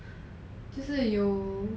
就是有